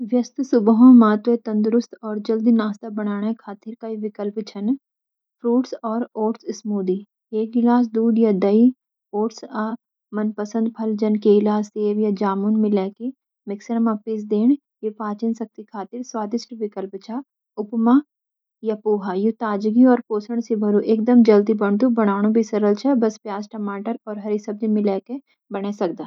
व्यस्त सुबाहों मां त्वे तंदुरुस्त और जल्दी नाश्ता बणाणे खातिर कई विकल्प छन: फ्रूटऔर ओट्स स्मूदी - एक गिलास दूध या दही, ओट्स आ मनपसंद फल (जन केला, सेब, या जामुन) मिलेकि मिक्सर मं पीस देन। यू पाचन शक्ति खातिर स्वादिष्ट विकल्प छ। उपमा या पोहा - यू ताजगी और पोषण सी भरू एकदम जल्दी बनदु । बणाणु भी सरल छ, बस प्याज, टमाटर और हरी सब्जी मिलाक बने सकदा।